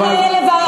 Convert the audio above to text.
את המים האלה,